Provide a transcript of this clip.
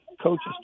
coaches